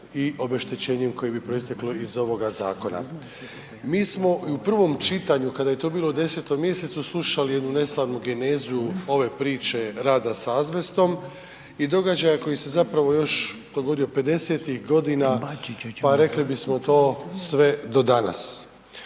i obeštećenjem koje bi proisteklo iz ovoga zakona. Mi smo i u prvom čitanju kada je to bilo u 10. mjesecu slušali jednu neslavnu genezu ove priče rada s azbestom i događaja koji se zapravo još dogodio 50-tih godina pa rekli bismo to sve do danas.